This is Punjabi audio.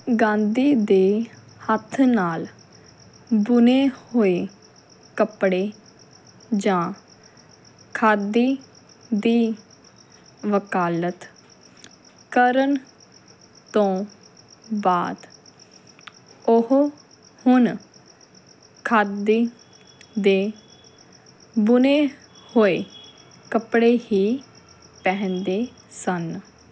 ਗਾਂਧੀ ਦੇ ਹੱਥ ਨਾਲ ਬੁਣੇ ਹੋਏ ਕੱਪੜੇ ਜਾਂ ਖਾਦੀ ਦੀ ਵਕਾਲਤ ਕਰਨ ਤੋਂ ਬਾਅਦ ਉਹ ਹੁਣ ਖਾਦੀ ਦੇ ਬੁਣੇ ਹੋਏ ਕੱਪੜੇ ਹੀ ਪਹਿਨਦੇ ਸਨ